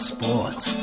Sports